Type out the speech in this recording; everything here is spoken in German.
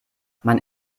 man